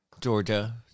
Georgia